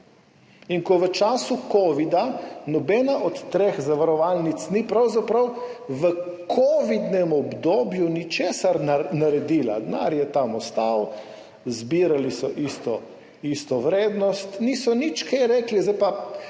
in ko v času covida nobena od treh zavarovalnic pravzaprav ni v kovidnem obdobju ničesar naredila, denar je tam ostal, zbirali so isto vrednost, niso nič kaj rekli, zdaj pa,